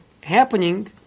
happening